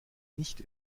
nicht